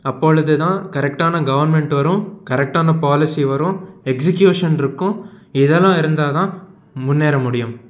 அப்பொழுது தான் கரெக்டான கவர்மெண்ட் வரும் கரெக்டான பாலிசி வரும் எக்சிகியூஷன் இருக்கும் இதெல்லாம் இருந்தா தான் முன்னேற முடியும்